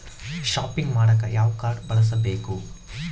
Shopping ಮಾಡಾಕ ಯಾವ card ಬಳಸಬೇಕು?